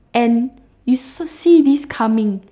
and you s~ see this coming